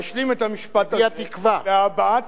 הוא באמת הביע תקווה.